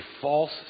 false